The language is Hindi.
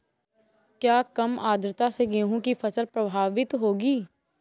क्या कम आर्द्रता से गेहूँ की फसल प्रभावित होगी?